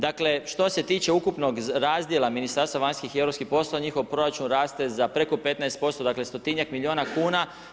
Dakle, što se tiče ukupnog razdjela Ministarstva vanjskih i europskih poslova njihov proračun raste za preko 15%, dakle stotinjak milijuna kuna.